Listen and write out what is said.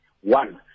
One